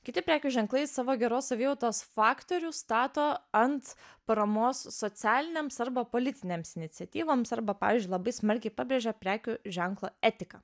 kiti prekių ženklai savo geros savijautos faktorių stato ant paramos socialiniams arba politinėms iniciatyvoms arba pavyzdžiui labai smarkiai pabrėžia prekių ženklo etiką